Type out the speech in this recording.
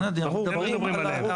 אנחנו מדברים על --- אנחנו מדברים עליהם.